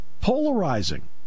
Polarizing